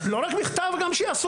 לא רק מכתב; גם שיעשו.